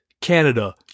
Canada